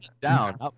down